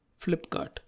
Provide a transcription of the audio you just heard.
Flipkart